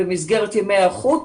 במסגרת ימי ההיערכות,